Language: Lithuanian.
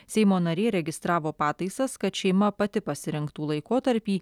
seimo nariai registravo pataisas kad šeima pati pasirinktų laikotarpį